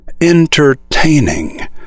Entertaining